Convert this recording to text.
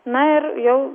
na ir jau